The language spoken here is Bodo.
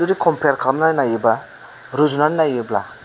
जुदि कम्पियार खालामनानै नायोबा रुजुनानै नायोब्ला